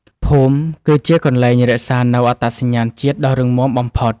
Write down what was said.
ភូមិគឺជាកន្លែងរក្សានូវអត្តសញ្ញាណជាតិដ៏រឹងមាំបំផុត។